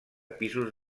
pisos